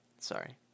sorry